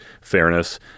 fairness